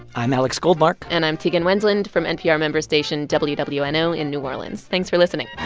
i'm alex goldmark and i'm tegan wendland from npr member station wwno wwno in new orleans. thanks for listening